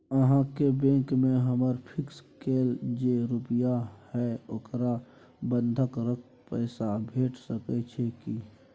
अहाँके बैंक में हमर फिक्स कैल जे रुपिया हय ओकरा बंधक रख पैसा भेट सकै छै कि?